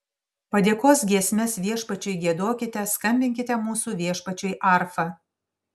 padėkos giesmes viešpačiui giedokite skambinkite mūsų viešpačiui arfa